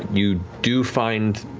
you do find,